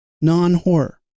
non-horror